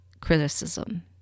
criticism